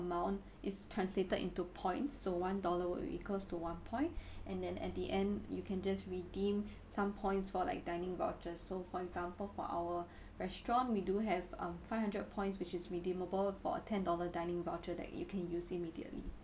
amount is translated into points so one dollar will be equals to one point and then at the end you can just redeem some points for like dining vouchers so for example for our restaurant we do have um five hundred points which is redeemable for a ten dollar dining voucher that you can use immediately